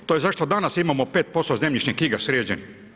To je zašto danas imamo 5% zemljišne knjige sređene?